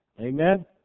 Amen